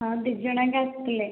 ହଁ ଦୁଇ ଜଣ ଯାକ ଆସିଥିଲେ